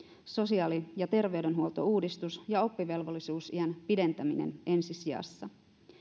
sosiaali ja terveydenhuoltouudistus ja oppivelvollisuusiän pidentäminen ensisijassa